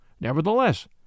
Nevertheless